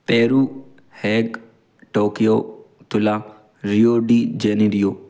Peru Hague Tokyo Tula Rio de Janeiro